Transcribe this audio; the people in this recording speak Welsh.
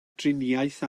driniaeth